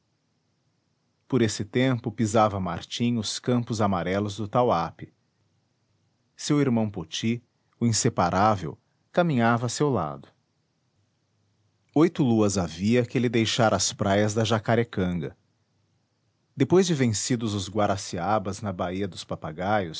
por esse tempo pisava martim os campos amarelos do tauape seu irmão poti o inseparável caminhava a seu lado oito luas havia que ele deixara as praias da jacarecanga depois de vencidos os guaraciabas na baía dos papagaios